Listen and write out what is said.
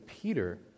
Peter